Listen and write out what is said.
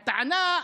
הטענה: